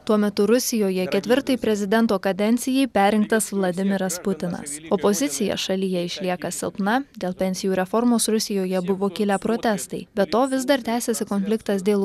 tuo metu rusijoje ketvirtai prezidento kadencijai perrinktas vladimiras putinas opozicija šalyje išlieka silpna dėl pensijų reformos rusijoje buvo kilę protestai be to vis dar tęsiasi konfliktas dėl